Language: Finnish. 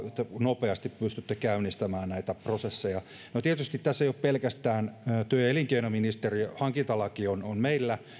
nopeasti pystytään käynnistämään näitä prosesseja no tietysti tässä ei ole pelkästään työ ja elinkeinoministeriö hankintalaki on on meillä